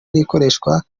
n’ikoreshwa